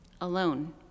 alone